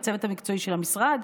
והצוות המקצועי של המשרד,